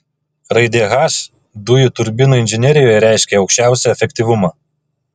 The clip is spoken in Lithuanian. raidė h dujų turbinų inžinerijoje reiškia aukščiausią efektyvumą